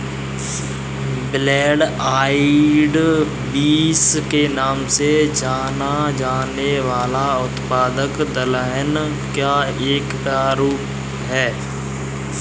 black eyed beans के नाम से जाना जाने वाला उत्पाद दलहन का एक प्रारूप है